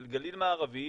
של גליל מערבי,